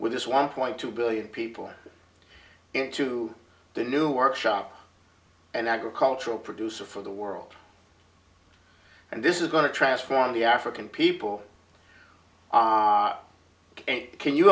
with this one point two billion people into the new workshop and agricultural producer for the world and this is going to transform the african people and can you